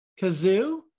Kazoo